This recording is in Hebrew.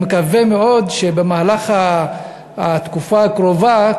אני מקווה מאוד שבמהלך התקופה הקרובה,